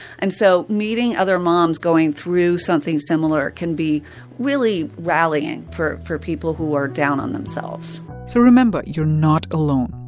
and so meeting other moms going through something similar can be really rallying for for people who are down on themselves so remember, you're not alone.